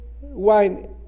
wine